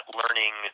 learning